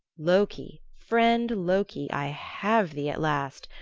loki, friend loki, i have thee at last.